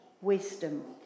wisdom